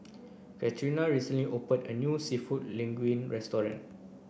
Katrina recently opened a new Seafood Linguine Restaurant